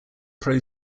pro